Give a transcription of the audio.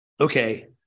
Okay